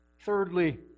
Thirdly